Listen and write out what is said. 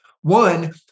One